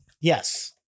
Yes